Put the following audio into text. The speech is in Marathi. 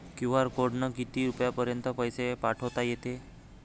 क्यू.आर कोडनं किती रुपयापर्यंत पैसे पाठोता येते?